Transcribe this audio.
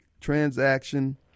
transaction